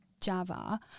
Java